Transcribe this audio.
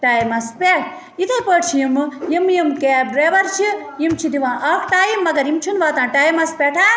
ٹایمَس پٮ۪ٹھ یِتھَے پٲٹھۍ چھِ یِمہٕ یِم یِم کیب ڈرٛایوَر چھِ یِم چھِ دِوان اَکھ ٹایِم مگر یِم چھِنہٕ واتان ٹایمَس پٮ۪ٹھ